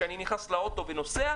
אני נכנס לאוטו ונוסע,